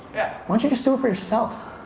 yeah. why don't you just to it for yourself?